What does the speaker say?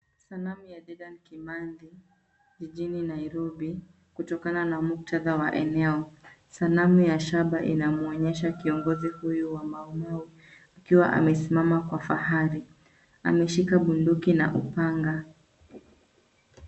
Sanamu ya Dedan Kimathi jijini Nairobi kutokana na muktadha wa eneo. Sanamu ya shamba inamwonyesha kiongozi huyu wa MauMau akiwa amesimama kwa fahari. Ameshika bunduki na upanga.